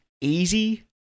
easy